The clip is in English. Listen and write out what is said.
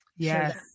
Yes